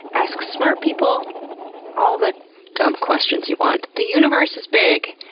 ask smart people all the dumb questions you want. the universe is big,